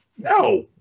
No